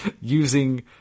using